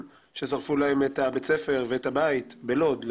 ששרפו להם את בית הספר ואת הבית בלוד,